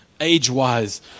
age-wise